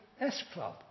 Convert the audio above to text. S-Club